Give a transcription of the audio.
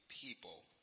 people